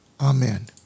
Amen